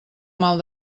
mal